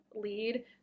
lead